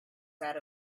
that